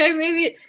um maybe